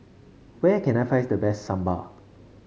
where can I find the best Sambar